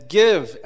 give